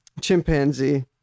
Chimpanzee